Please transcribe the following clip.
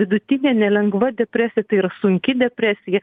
vidutinė nelengva depresija tai yra sunki depresija